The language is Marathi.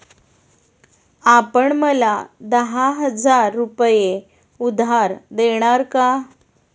आपण मला दहा हजार रुपये उधार देणार का?